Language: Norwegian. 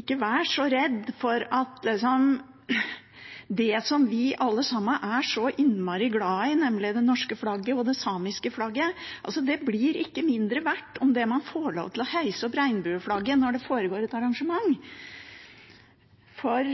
Ikke vær så redd for det som vi alle sammen er så innmari glad i, nemlig det norske flagget og det samiske flagget – det blir ikke mindre verdt om man får lov til å heise opp regnbueflagget når det foregår et arrangement for